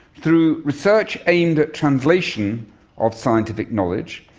through research aimed at translation of scientific knowledge,